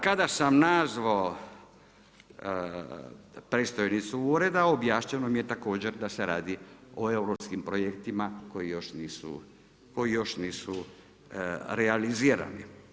Kada sam nazvao predstojnicu ureda, objašnjeno mi je također da se radi o europskim projektima koji još nisu realizirani.